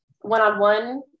one-on-one